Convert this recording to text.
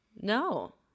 No